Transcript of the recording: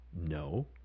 No